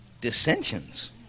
Dissensions